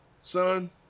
son